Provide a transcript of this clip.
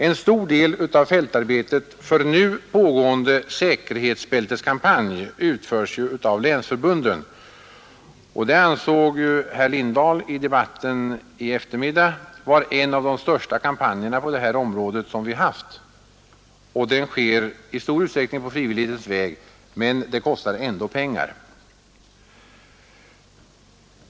En stor del av fältarbetet för nu pågående säkerhetsbälteskampanj utförs av länsförbunden, och herr Lindahl anförde i debatten i eftermiddags att det är en av de största kampanjerna på det här området som vi haft. Den kampanjen genomförs i stor utsträckning med frivillig arbetskraft, men den kostar ändå pengar.